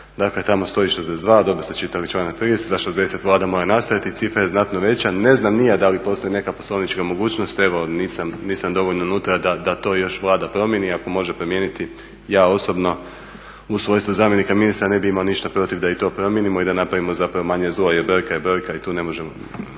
Dakle tamo stoji 62 a dobro ste čitali članak 30. da 60 Vlada mora nastajati, cifra je znatno veća. Ne znam ni ja da li postoji neka poslovnička mogućnost, evo nisam dovoljno unutra da to još Vlada promjeni, ako može promijeniti ja osobno u svojstvu zamjenika ministra ne bi imao ništa protiv da i to promijenimo i da napravimo zapravo manje zlo jer brojka je brojka i tu ne možemo